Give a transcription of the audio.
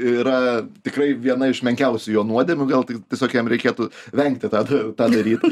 yra tikrai viena iš menkiausių jo nuodėmių gal tiesiog jam reikėtų vengti tą tą daryt